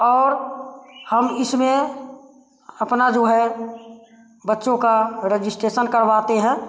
और हम इसमें अपना जो है बच्चों का रजिस्ट्रेशन करवाते हैं